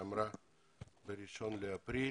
ב-1 באפריל,